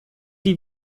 die